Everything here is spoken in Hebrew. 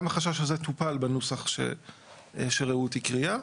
גם החשש הזה טופל בנוסח שרעות הקריאה.